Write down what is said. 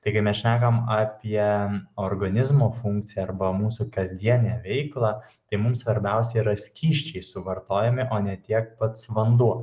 taigi mes šnekam apie organizmo funkciją arba mūsų kasdienę veiklą tai mums svarbiausia yra skysčiai suvartojami o ne tiek pats vanduo